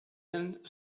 end